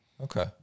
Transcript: Okay